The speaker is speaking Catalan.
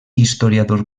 historiador